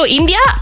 India